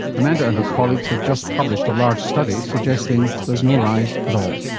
amanda and her colleagues have just published a large study suggesting there's no rise at all.